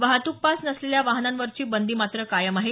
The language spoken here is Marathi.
वाहतूक पास नसलेल्या वाहनांवरची बंदी मात्र कायम आहे